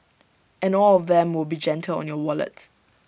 and all of them will be gentle on your wallet